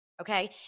Okay